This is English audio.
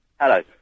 Hello